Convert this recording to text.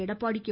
Edappadi K